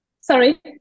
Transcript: Sorry